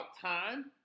time